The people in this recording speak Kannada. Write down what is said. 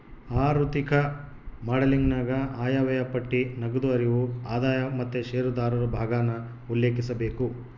ಆಋಥಿಕ ಮಾಡೆಲಿಂಗನಾಗ ಆಯವ್ಯಯ ಪಟ್ಟಿ, ನಗದು ಹರಿವು, ಆದಾಯ ಮತ್ತೆ ಷೇರುದಾರರು ಭಾಗಾನ ಉಲ್ಲೇಖಿಸಬೇಕು